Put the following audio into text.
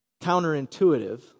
counterintuitive